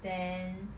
then